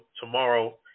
tomorrow